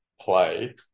play